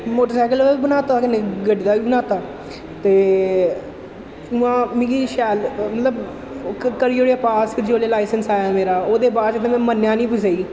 motor cycle दा बी बना दित्ता ते कन्नै गड्डी दा बा बना दित्ता ते उ'आं मिगी शैल मतलब करी ओड़ेआ पास जोल्लै लाइसैंस आया मेरा ओह्दे बाद च ते में मन्नेआ निं कुसै गी